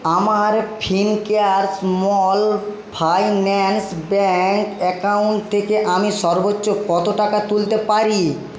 আমার Fincare Small Finance Bank account থেকে আমি সর্বোচ্চ কত টাকা তুলতে পারি